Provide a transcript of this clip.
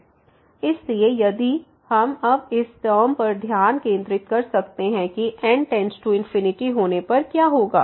इसलिए यदि हम अब इस टर्म पर ध्यान केंद्रित कर सकते हैं कि n→∞ होने पर क्या होगा